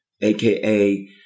aka